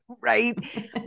Right